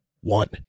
one